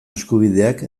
eskubideak